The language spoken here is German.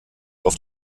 auf